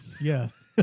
yes